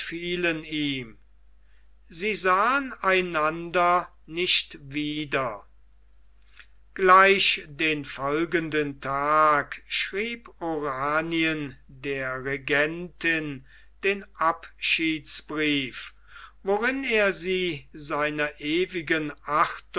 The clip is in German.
ihm sie sahen einander nicht wieder gleich den folgenden tag schrieb oranien der regentin den abschiedsbrief worin er sie seiner ewigen